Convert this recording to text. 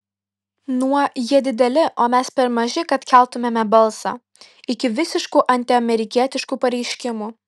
nuo jie dideli o mes per maži kad keltumėme balsą iki visiškų antiamerikietiškų pareiškimų